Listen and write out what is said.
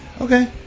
Okay